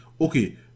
okay